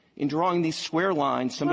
in drawing these square lines,